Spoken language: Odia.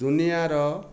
ଦୁନିଆର